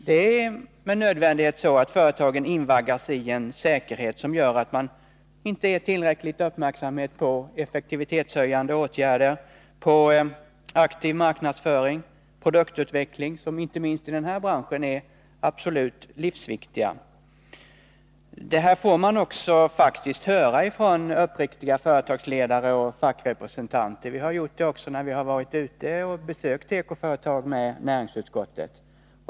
Det är med nödvändighet så att företagen invaggas i en säkerhet som gör att de inte är tillräckligt uppmärksamma på effektivitetshöjande åtgärder och på aktiv marknadsföring och produktutveckling, som inte minst i tekobranschen är absolut livsviktiga. Detta får man faktiskt höra från uppriktiga företagsledare och fackrepresentanter. Vi har fått höra det också när vi i näringsutskottet har varit ute och besökt tekoföretag.